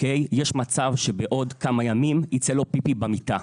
יש מצב שבעוד כמה ימים יצא לו פיפי במיטה,